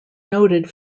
noted